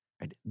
right